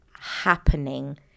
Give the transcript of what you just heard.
happening